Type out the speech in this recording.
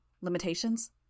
Limitations